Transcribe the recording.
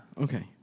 Okay